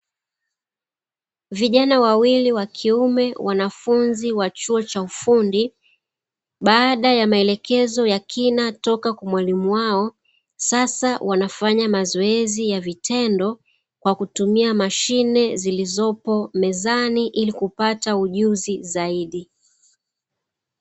Vijana wawili wakiume wanafunzi wa chuo cha ufundi, baada ya maelekezo ya kina kutoka kwa mwalimu wao sasa wanafanya mazoezi ya vitendo kwa kutumia mashine zilizopo mezani ili kupata ujuzi zaidi.